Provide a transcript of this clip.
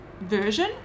version